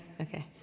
Okay